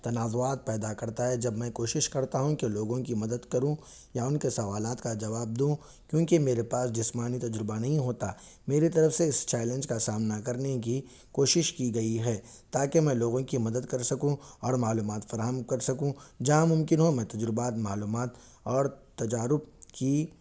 تناوعات پیدا کرتا ہے جب میں کوشش کرتا ہوں کہ لوگوں کی مدد کروں یا ان کے سوالات کا جواب دوں کیونکہ میرے پاس جسمانی تجربہ نہیں ہوتا میری طرف سے اس چیلنج کا سامنا کرنے کی کوشش کی گئی ہے تاکہ میں لوگوں کی مدد کر سکوں اور معلومات فراہم کر سکوں جہاں ممکن ہو میں تجربات معلومات اور تجارب کی